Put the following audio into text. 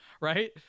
right